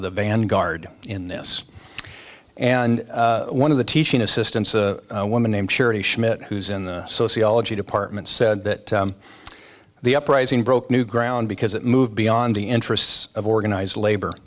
of the vanguard in this and one of the teaching assistants a woman named surety schmidt who's in the sociology department said that the uprising broke new ground because it moved beyond the interests of organized labor